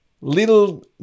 little